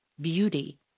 beauty